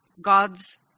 God's